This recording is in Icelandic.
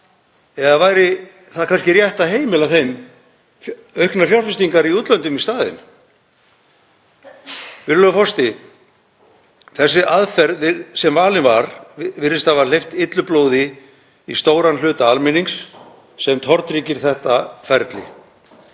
eða væri kannski rétt að heimila þeim auknar fjárfestingar í útlöndum í staðinn? Virðulegur forseti. Þessi aðferð sem valin var virðist hafa hleypt illu blóði í stóran hluta almennings sem tortryggir þetta ferli.